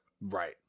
right